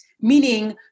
meaning